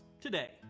today